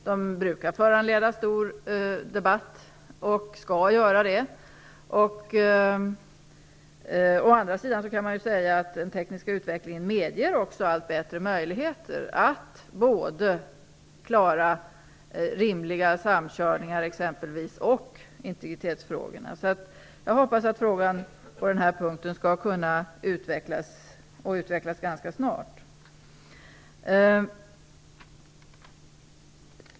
De brukar föranleda stor debatt, vilket de också skall göra. Man kan å andra sidan säga att den tekniska utvecklingen medger allt bättre möjligheter att klara både rimliga samkörningar och integritetsfrågorna. Jag hoppas att frågan på den punkten kommer att utvecklas och att den utvecklas ganska snart.